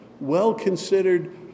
well-considered